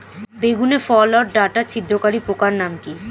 বেগুনের ফল ওর ডাটা ছিদ্রকারী পোকার নাম কি?